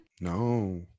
No